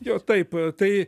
jo taip tai